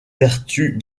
vertus